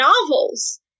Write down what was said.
novels